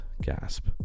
gasp